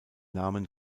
namen